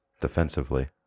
Defensively